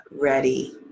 ready